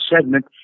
segment